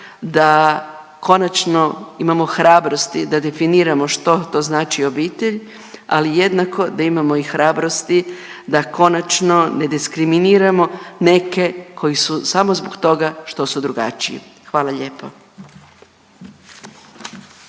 da konačno imamo hrabrosti da definiramo što to znači obitelj ali jednako da imamo i hrabrosti da konačno ne diskriminiramo neke koji su samo zbog toga što su drugačiji. Hvala lijepo.